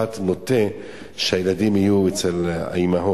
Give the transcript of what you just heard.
בית-המשפט נוטה שהילדים יהיו אצל האמהות.